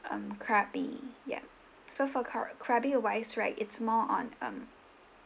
um krabi ya so for kra~ krabi wise right it's more on um